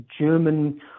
German